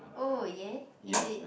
oh ya is it